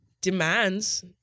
demands